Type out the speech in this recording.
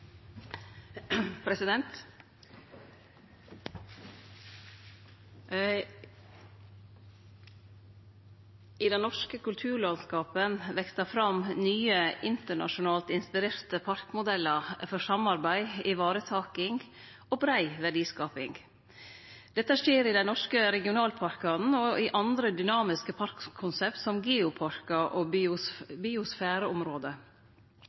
3. I det norske kulturlandskapet veks det fram nye internasjonalt inspirerte parkmodellar for samarbeid, ivaretaking og brei verdiskaping. Dette skjer i dei norske regionalparkane og i andre dynamiske parkkonsept, som geoparkar og biosfæreområde.